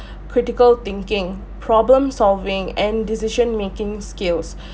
critical thinking problem solving and decision making skills